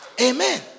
Amen